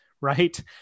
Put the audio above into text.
right